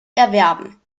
erwerben